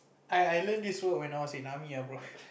I I learnt this word when I was in army ah bro